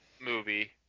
movie